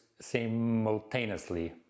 simultaneously